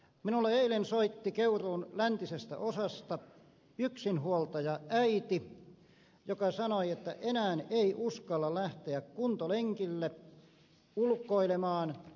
minulle eilen soitti keuruun läntisestä osasta yksinhuoltajaäiti joka sanoi että enää ei uskalla lähteä kuntolenkille ulkoilemaan